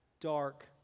dark